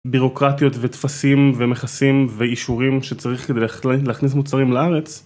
בירוקרטיות וטפסים ומכסים ואישורים שצריך כדי להכניס מוצרים לארץ.